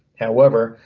however,